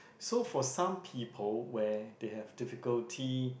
so for some people where they have difficulty